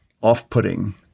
off-putting